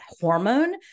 hormone